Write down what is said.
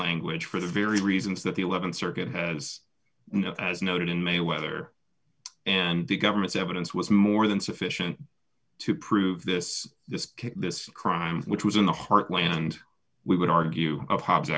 language for the very reasons that the th circuit has as noted in may whether and the government's evidence was more than sufficient to prove this this this crime which was in the heartland we would argue